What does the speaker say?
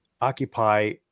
occupy